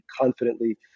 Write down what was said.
confidently